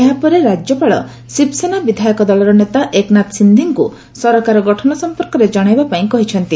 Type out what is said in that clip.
ଏହାପରେ ରାଜ୍ୟପାଳ ଶିବସେନା ବିଧାୟକ ଦଳର ନେତା ଏକନାଥ ସିନ୍ଧେଙ୍କ୍ ସରକାର ଗଠନ ସଂପର୍କରେ ଜଣାଇବା ପାଇଁ କହିଛନ୍ତି